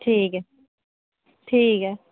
ठीक ऐ ठीक ऐ